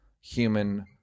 human